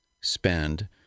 spend